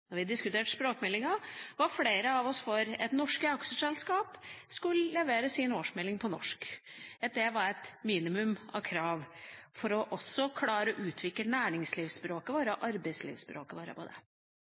vi diskuterte språkmeldinga, var flere av oss for at norske aksjeselskap skulle levere sin årsmelding på norsk, at det var et minimum av krav for å klare å utvikle